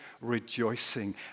rejoicing